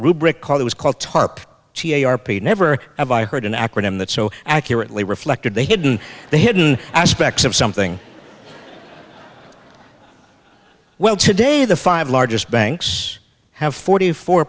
rubric called it was called tarp t a r p never have i heard an acronym that so accurately reflected the hidden the hidden aspects of something well today the five largest banks have forty four